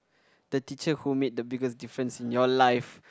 the teacher who made the biggest difference in your life